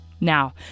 Now